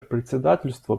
председательство